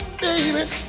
baby